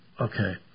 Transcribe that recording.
okay